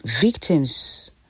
Victims